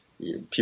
people